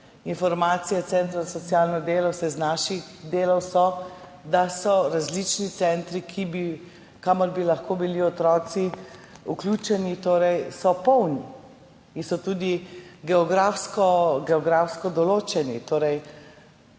Informacije centrov za socialno delo, vsaj z naših delov, so, da so različni centri, kamor bi lahko bili otroci vključeni, polni. In so tudi geografsko določeni, torej